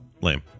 Lame